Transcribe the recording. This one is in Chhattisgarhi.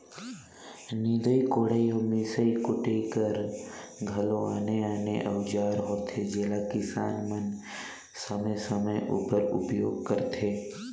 निदई कोड़ई अउ मिसई कुटई कर घलो आने आने अउजार होथे जेला किसान मन समे समे उपर उपियोग करथे